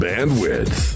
Bandwidth